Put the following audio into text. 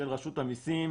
של רשות המסים,